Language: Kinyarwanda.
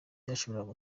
byashoboraga